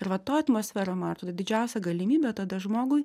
ir va toj atmosferoj man atrodo didžiausia galimybė tada žmogui